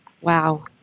Wow